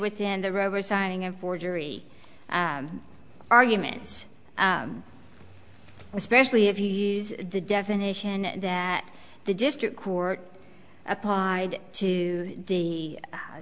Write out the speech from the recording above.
within the rover signing a forgery arguments especially if you use the definition that the district court applied to the